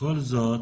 בכל זאת,